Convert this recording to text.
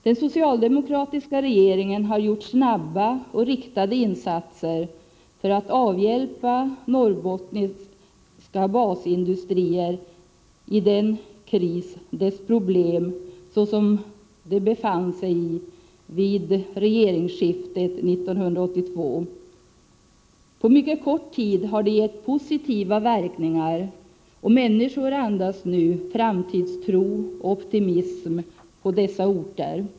Den socialdemokratiska regeringen har gjort snabba och riktade insatser för att hjälpa norrbottniska basindustrier med deras problem i den kris som de befann sig i vid regeringsskiftet 1982. På mycket kort tid har det gett positiva verkningar, och människor andas nu framtidstro och optimism på dessa orter.